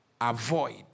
avoid